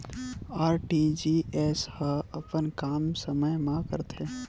RTGS ह अपन काम समय मा करथे?